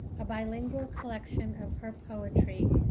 a bilingual collection of her poetry,